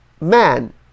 man